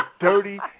dirty